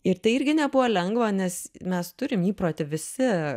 ir tai irgi nebuvo lengva nes mes turim įprotį visi